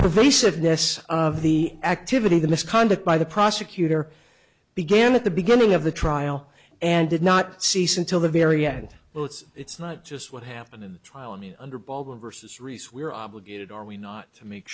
pervasiveness of the activity the misconduct by the prosecutor began at the beginning of the trial and did not cease until the very end well it's it's not just what happened in the trial and under baldwin versus reese we are obligated are we not to make